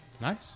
nice